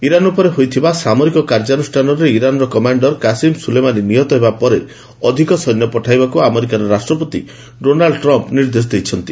Iran ଉପରେ ହୋଇଥିବା ସାମରିକ କାର୍ଯ୍ୟାନୁଷ୍ଠାନରେ ଇରାନ୍ର କମାଶ୍ଡର କାସିମ୍ ସୁଲେମାନି ନିହତ ହେବା ପରେ ଅଧିକ ସୈନ୍ୟ ପଠାଇବାକୁ ଆମେରିକାର ରାଷ୍ଟ୍ରପତି ଡୋନାଲ୍ଚ ଟ୍ରମ୍ପ୍ ନିର୍ଦ୍ଦେଶ ଦେଇଛନ୍ତି